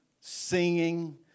singing